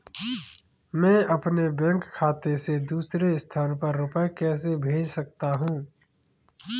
मैं अपने बैंक खाते से दूसरे स्थान पर रुपए कैसे भेज सकता हूँ?